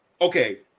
okay